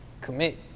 commit